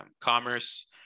Commerce